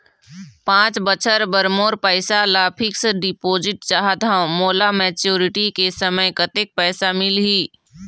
पांच बछर बर मोर पैसा ला फिक्स डिपोजिट चाहत हंव, मोला मैच्योरिटी के समय कतेक पैसा मिल ही?